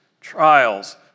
trials